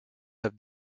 have